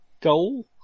Goal